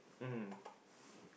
mm